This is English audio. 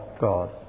God